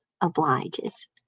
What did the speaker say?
obliges